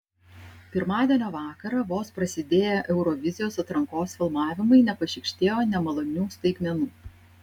pirmadienio vakarą vos prasidėję eurovizijos atrankos filmavimai nepašykštėjo nemalonių staigmenų